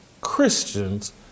Christians